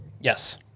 yes